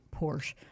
Porsche